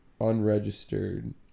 unregistered